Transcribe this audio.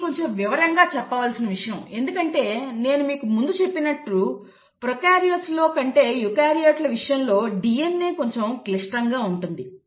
ఇది కొంచెం వివరంగా చెప్పవలసిన విషయం ఎందుకంటే నేను మీకు ముందు చెప్పినట్టు ప్రొకార్యోట్ల కంటే యూకారియోట్ల విషయంలో DNA కొంచెం క్లిష్టంగా ఉంటుంది